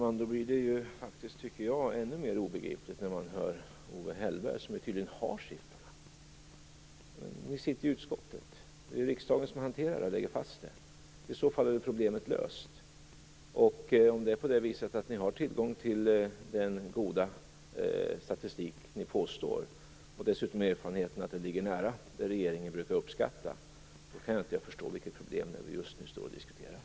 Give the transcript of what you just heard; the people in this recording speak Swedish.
Fru talman! Då blir det ännu mer obegripligt när man hör Owe Hellberg, som tydligen har siffrorna. Ni sitter ju i utskottet, och det är riksdagen som hanterar detta och lägger fast det. I så fall är problemet löst. Om ni har tillgång till den goda statistik som ni påstår och dessutom erfarenheten att den ligger nära det som regeringen brukar uppskatta kan jag inte förstå vilket problem det är som vi just nu står och diskuterar.